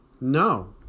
No